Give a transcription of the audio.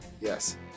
Yes